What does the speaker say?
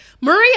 Maria